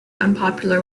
unpopular